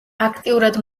აქტიურად